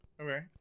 okay